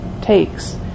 takes